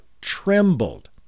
trembled